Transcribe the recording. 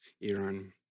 Iran